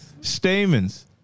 stamens